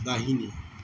दाहिने